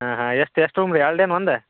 ಹಾಂ ಹಾಂ ಎಷ್ಟು ಎಷ್ಟು ರೂಮ್ ರಿ ಎರ್ಡೇನು ಒಂದು